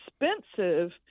expensive